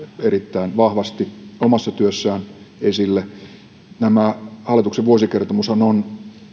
erittäin vahvasti omassa työssään esille tämä hallituksen vuosikertomushan on